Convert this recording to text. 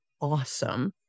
awesome